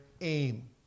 aim